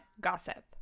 gossip